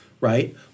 right